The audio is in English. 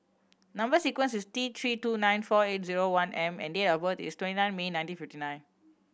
number sequence is T Three two nine four eight zero one M and date of birth is twenty nine May nineteen fifty nine